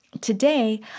Today